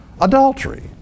Adultery